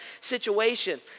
situation